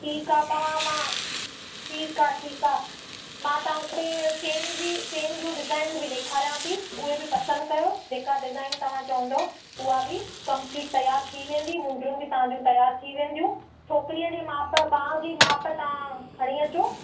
ठीकु आहे तव्हां मां ठीकु आहे ठीकु आहे मां तव्हांखे चैन चैन जूं डिज़ाइनूं बि ॾेखारियांव थी उहे बि पसंदि कयो जेका डिजाइन तव्हां चवंदा उहा बि कंपलीट तियारु थी वेंदी मुंडियूं बि तव्हांजूं तियारु थी वेंदियूं छोकिरीअ जी माप ॿांह जी माप तव्हां खणी अचो